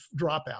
dropout